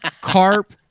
Carp